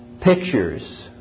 pictures